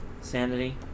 Sanity